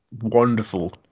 wonderful